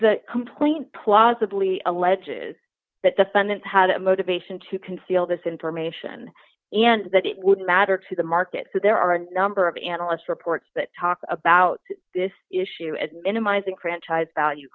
the complaint plausibly alleges that defendant had a motivation to conceal this information and that it would matter to the market so there are a number of analyst reports that talk about this issue as minimizing franchise value